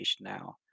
now